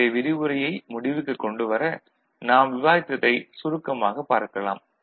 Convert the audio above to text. இன்றைய விரிவுரையை முடிவுக்குக் கொண்டுவர நாம் விவாதித்ததைச் சுருக்கமாகப் பார்க்கலாம்